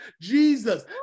Jesus